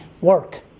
work